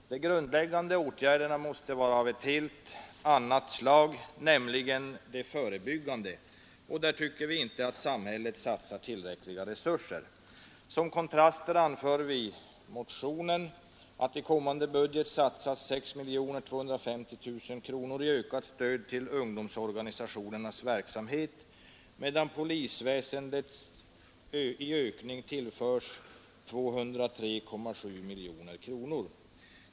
De grundläggande åtgärderna måste vara av ett helt annat slag, nämligen det förebyggande, och där tycker vi inte att samhället satsar tillräckliga resurser. Som kontraster anför vi i motionen att i kommande budget satsas 6 250 000 kronor i ökat stöd till ungdomsorganisationernas verksamhet medan polisväsendet i ökning tillförs 203,7 miljoner kronor.